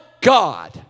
God